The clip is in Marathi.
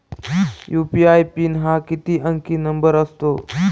यू.पी.आय पिन हा किती अंकी नंबर असतो?